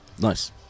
Nice